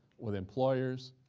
with employers.